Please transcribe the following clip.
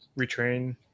retrain